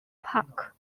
park